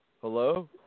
Hello